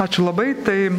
ačiū labai tai